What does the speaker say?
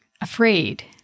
afraid